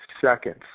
seconds